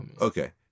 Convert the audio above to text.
Okay